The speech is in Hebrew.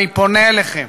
אני פונה אליכם,